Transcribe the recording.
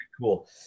cool